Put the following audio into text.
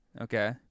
Okay